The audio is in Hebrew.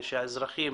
ושהאזרחים